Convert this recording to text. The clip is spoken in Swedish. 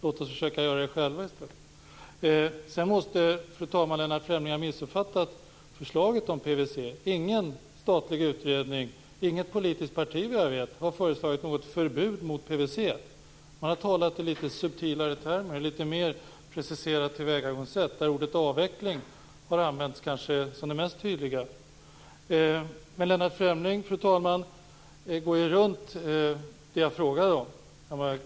Låt oss därför försöka göra det själva i stället. Fru talman! Lennart Fremling måste ha missuppfattat förslaget om PVC. Ingen statlig utredning, och såvitt jag vet inget politiskt parti, har föreslagit något förbud mot PVC. Man har talat i litet subtilare termer, ett litet mer preciserat tillvägagångssätt där ordet avveckling kanske har använts som det mest tydliga. Fru talman! Lennart Fremling går runt det som jag frågade om.